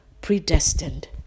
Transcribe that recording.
predestined